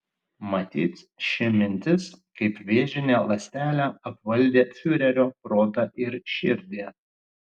matyt ši mintis kaip vėžinė ląstelė apvaldė fiurerio protą ir širdį